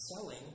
selling